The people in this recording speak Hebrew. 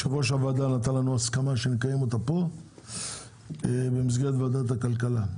יושב-ראש הוועדה נתן את הסכמתו שנקיים את הישיבה במסגרת ועדת הכלכלה.